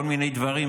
כל מיני דברים,